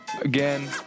Again